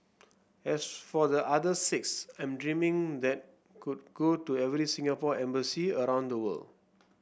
as for the other six I'm dreaming that could go to every Singapore embassy around the world